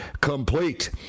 complete